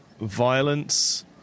violence